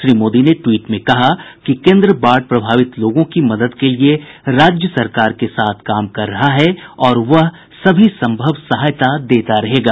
श्री मोदी ने ट्वीट में कहा कि केन्द्र बाढ़ प्रभावित लोगों की मदद के लिए राज्य सरकार के साथ काम कर रहा है और वह सभी संभव सहायता देता रहेगा